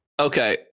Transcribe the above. Okay